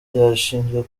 rishinzwe